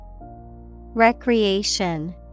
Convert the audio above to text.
Recreation